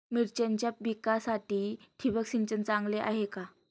मिरचीच्या पिकासाठी ठिबक सिंचन चांगले आहे का?